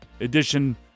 edition